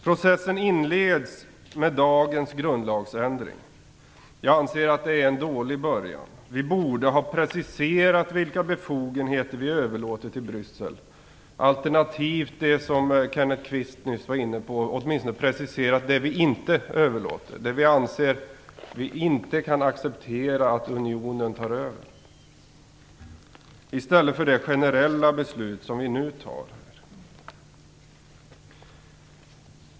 Processen inleds med dagens grundlagsändring. Jag anser att det är en dålig början. Vi borde ha preciserat vilka befogenheter vi överlåter till Bryssel - alternativt, som Kenneth Kvist här var inne på, åtminstone ha preciserat det som vi inte överlåter, det som vi anser att vi inte kan acceptera att unionen tar över - i stället för det generella beslut som vi nu fattar.